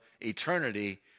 eternity